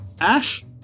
Ash